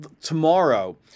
tomorrow